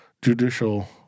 Judicial